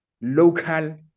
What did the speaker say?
local